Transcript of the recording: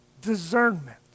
discernment